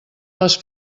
les